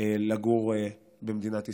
לגור במדינת ישראל.